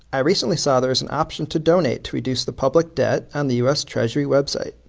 i recently saw there is an option to donate to reduce the public debt on the u s. treasury website.